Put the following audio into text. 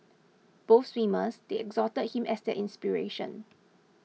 both swimmers they exalted him as their inspiration